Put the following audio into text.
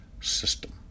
system